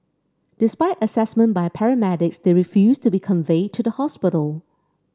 despite assessment by paramedics they refused to be conveyed to the hospital